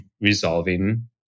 resolving